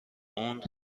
اون